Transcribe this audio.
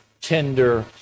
tender